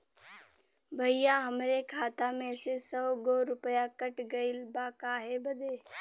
भईया हमरे खाता में से सौ गो रूपया कट गईल बा काहे बदे?